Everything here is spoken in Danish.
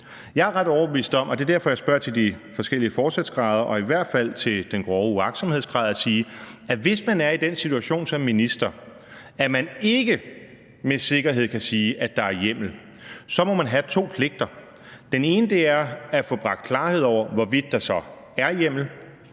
Jeg er ret overbevist her, og det er derfor, jeg spørger til de forskellige forsætsgrader og i hvert fald til den grove uagtsomhedsgrad. Jeg vil sige: Hvis man er i den situation som minister, hvor man ikke med sikkerhed kan sige, at der er hjemmel, så må man have to pligter. Den ene er at få bragt klarhed over, hvorvidt der så er hjemmel,